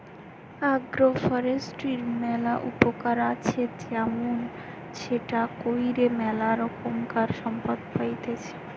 agro ফরেষ্ট্রীর ম্যালা উপকার আছে যেমন সেটা কইরে ম্যালা রোকমকার সম্পদ পাইতেছি